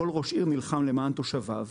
כל ראש עיר נלחם למען תושביו.